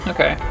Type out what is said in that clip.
Okay